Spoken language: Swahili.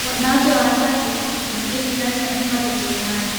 Wanawake watatu wameketi ndani ya chumba cha cherehani,